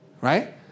right